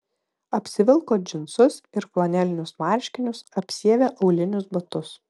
apsivilko džinsus ir flanelinius marškinius apsiavė aulinius batus